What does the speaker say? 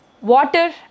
water